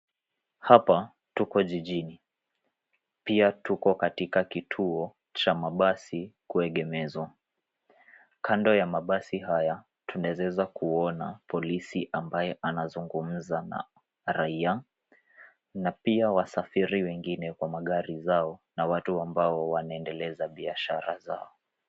Hapa tuko jijini pia tuko katika kituo cha mabasi kuegemezwa , kando ya mabasi haya tunaweza kuona polisi ambaye anazungumza na raiya na pia wasafiri wengine na magari zao na watu ambao wanaendeleza biashara zao.